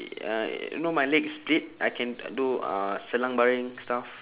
uh you know my leg split I can do uh selang baring stuff